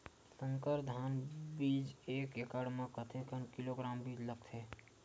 संकर धान बीज एक एकड़ म कतेक किलोग्राम बीज लगथे?